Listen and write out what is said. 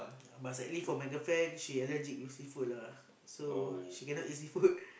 but sadly for my girlfriend she allergic with seafood lah so she cannot eat seafood